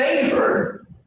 favor